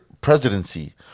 presidency